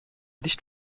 nicht